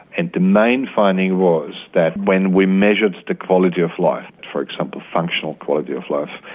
and the main finding was that when we measured the quality of life for example, functional quality of life,